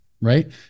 Right